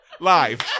live